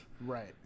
Right